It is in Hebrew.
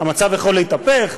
המצב יכול להתהפך,